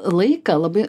laiką labai